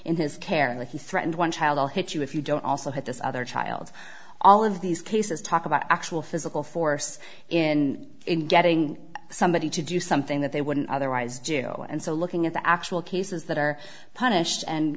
in his care and he threatened one child i'll hit you if you don't also have this other child all of these cases talk about actual physical force in getting somebody to do something that they wouldn't otherwise do and so looking at the actual cases that are punished and